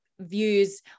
Views